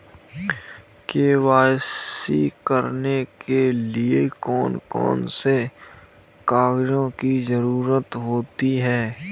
KYC करने के लिए कौन कौन से कागजों की जरूरत होती है?